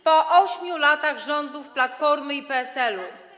po 8 latach rządów Platformy i PSL-u.